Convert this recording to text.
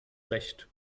recht